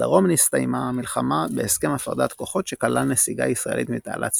בדרום נסתיימה המלחמה בהסכם הפרדת כוחות שכלל נסיגה ישראלית מתעלת סואץ,